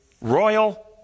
royal